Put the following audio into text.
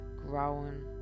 growing